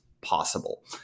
possible